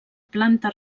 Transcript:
planta